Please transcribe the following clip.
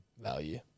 Value